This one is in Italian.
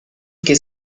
che